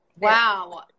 Wow